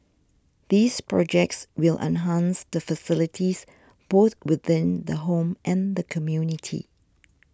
these projects will enhance the facilities both within the home and the community